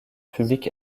public